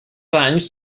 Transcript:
anys